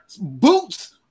boots